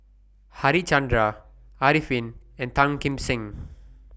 Harichandra Arifin and Tan Kim Seng